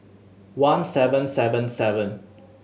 one seven seven seven